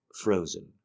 frozen